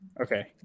okay